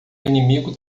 inimigo